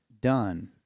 done